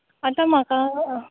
आतां म्हाका